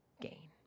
gain